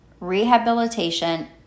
rehabilitation